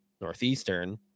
Northeastern